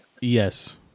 Yes